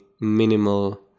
minimal